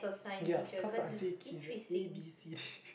ya cause the answer key A_B_C_D